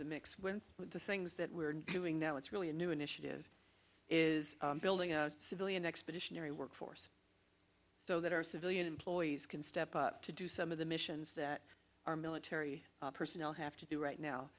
the mix when the things that we're doing now it's really a new initiative is building a civilian expeditionary workforce so that our civilian employees can step up to do some of the missions that our military personnel have to do right now